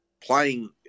playing